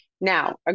Now